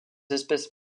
espèces